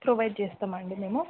provide చేస్తాము అండి మేము